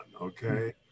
Okay